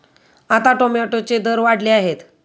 आता टोमॅटोचे दर वाढले आहेत